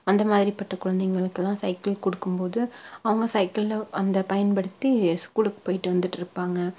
அந்த மாதிரி பட்ட குழந்தைங்களுக்கெலாம் சைக்கிள் கொடுக்கும்போது அவங்க சைக்கிள்ல அந்த பயன்படுத்தி ஸ்கூலுக்கு போய்ட்டு வந்துகிட்ருப்பாங்க